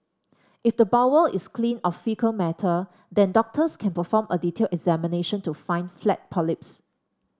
if the bowel is clean of faecal matter then doctors can perform a detailed examination to find flat polyps